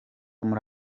muri